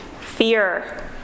fear